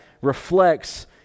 reflects